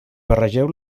barregeu